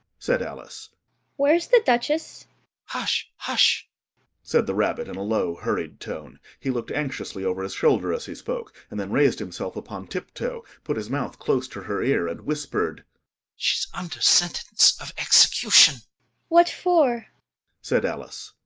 said alice where's the duchess hush! hush said the rabbit in a low, hurried tone. he looked anxiously over his shoulder as he spoke, and then raised himself upon tiptoe, put his mouth close to her ear, and whispered she's under sentence of execution what for said alice.